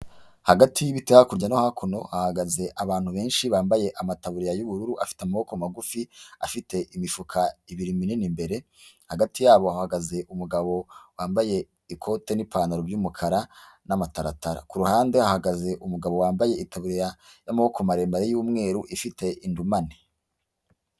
Hagati y'ibiti hakurya no hakuno, hahagaze abantu benshi bambaye amatabuja y'ubururu afite amaboko magufi afite imifuka ibiri minini, imbere hagati yabo hahagaze umugabo wambaye ikote n'ipantaro by'umukara n'amataratara ku ruhande, hahagaze umugabo wambaye ikaburiya y'amaboko maremare y'umweru ifite indumane.